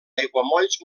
aiguamolls